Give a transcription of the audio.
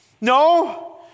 No